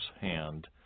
hand